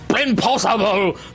Impossible